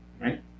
right